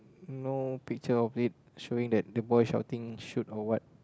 no picture of it showing that the boy shouting shoot or what